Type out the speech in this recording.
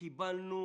קיבלנו